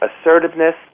assertiveness